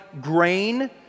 grain